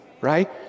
right